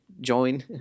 Join